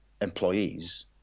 employees